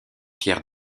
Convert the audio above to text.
pierre